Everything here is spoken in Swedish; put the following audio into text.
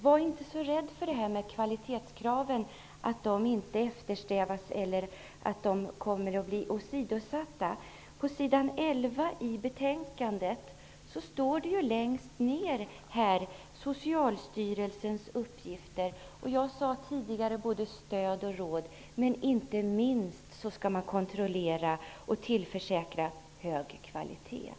Var inte så rädd för att kvalitetskraven kommer att bli åsidosatta, Sylvia Lindgren! Socialstyrelsens uppgifter står längst ner på s. 11 i betänkandet. Jag sade tidigare att det gällde både stöd och råd, och inte minst skall man kontrollera och tillförsäkra hög kvalitet.